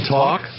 talk